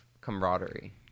camaraderie